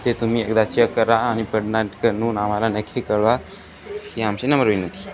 ते तुम्ही एकदा चेक करा आणि आम्हाला नक्की कळवा ही आमची नम्र विनंती